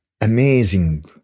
amazing